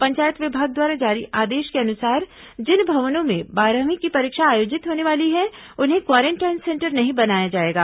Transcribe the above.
पंचायत विभाग द्वारा जारी आदेश के अनुसार जिन भवनों में बारहवीं की परीक्षा आयोजित होने वाली है उन्हें क्वारेंटाइन सेंटर नहीं बनाया जाएगा